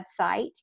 website